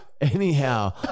Anyhow